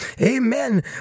Amen